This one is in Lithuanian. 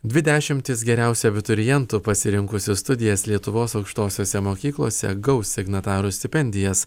dvi dešimtys geriausių abiturientų pasirinkusių studijas lietuvos aukštosiose mokyklose gaus signatarų stipendijas